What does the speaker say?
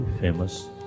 famous